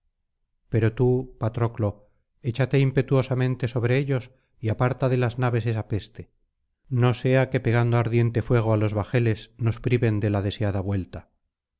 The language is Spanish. pero tú patroclo échate impetuosamente sobre ellos y aparta de las naves esa peste no sea que pegando ardiente fuego á los bajeles nos priven de la deseada vuelta